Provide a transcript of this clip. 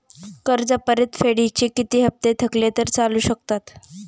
कर्ज परतफेडीचे किती हप्ते थकले तर चालू शकतात?